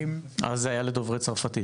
אבל זה היה לדוברי צרפתית.